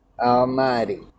almighty